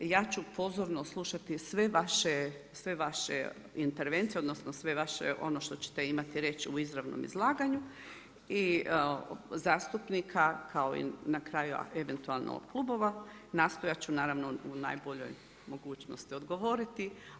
I ja ću pozorno slušati sve vaše intervencije, odnosno sve vaše ono što ćete imati reći u izravnom izlaganju i zastupnika kao i na kraju eventualno klubova, nastojati ću naravno u najboljoj mogućnosti odgovoriti.